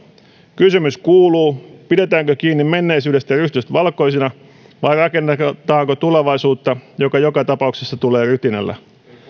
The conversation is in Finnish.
kysymys kuuluu pidetäänkö kiinni menneisyydestä rystyset valkoisina vai rakennetaanko tulevaisuutta joka joka tapauksessa tulee rytinällä